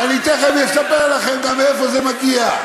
ואני תכף אספר לכם גם מאיפה זה מגיע.